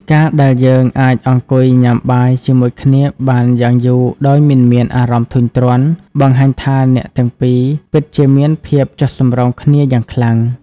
ការដែលយើងអាចអង្គុយញ៉ាំបាយជាមួយគ្នាបានយ៉ាងយូរដោយមិនមានអារម្មណ៍ធុញទ្រាន់ បង្ហាញថាអ្នកទាំងពីរពិតជាមានភាពចុះសម្រុងគ្នាយ៉ាងខ្លាំង។